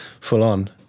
full-on